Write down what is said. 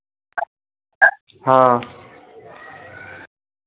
हाँ